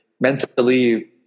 mentally